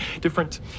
different